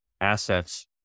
assets